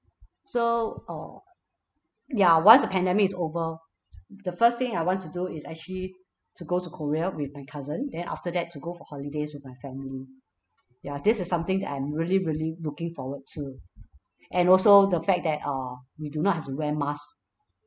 so uh ya once the pandemic is over the first thing I want to do is actually to go to korea with my cousin then after that to go for holidays with my family ya this is something that I'm really really looking forward to and also the fact that uh we do not have to wear mask